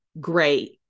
great